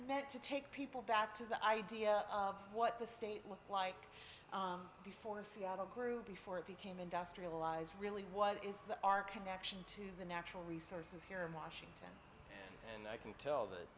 meant to take people back to the idea of what the state looked like before seattle grew before it became industrialized really what is that our connection to the natural resources here in washington and i can tell that